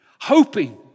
hoping